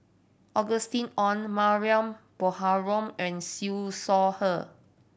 Ong Mariam Baharom and Siew Shaw Her